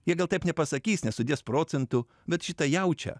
jie gal taip nepasakys nesudės procentų bet šitą jaučia